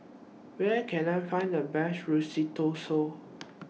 Where Can I Find The Best Risotto